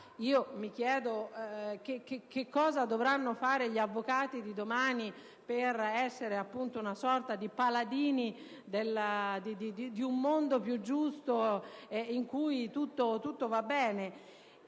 mi chiedo cosa dovranno fare gli avvocati di domani per essere una sorta di paladini di un mondo più giusto in cui tutto va bene.